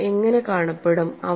അവ എങ്ങനെ കാണപ്പെടും